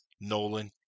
Nolan